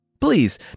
Please